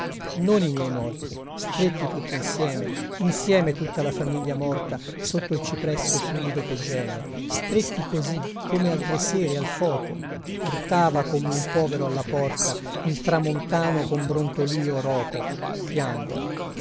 non i miei morti stretti tutti insieme insieme tutta la famiglia morta sotto il cipresso fumido che geme stretti così come altre sere al foco urtava come un povero alla porta il tramontano con brontolìo roco piangono